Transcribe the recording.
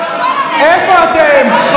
איפה אתם?